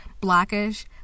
Blackish